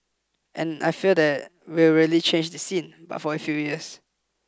and I feel that will really change the scene but for a few years